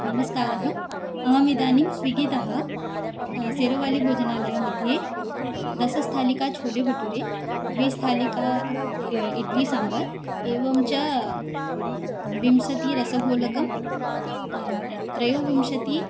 नमस्कारः अहम् इदानीं स्विगितः सेरोवाली भोजनालयमध्ये दशस्थालिका छोलिबटूरे द्विस्थालिका इड्लि साम्बर् एवं च विंशतिः रसगोलकं त्रयोविंशतिः